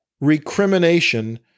Recrimination